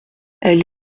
elle